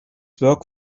work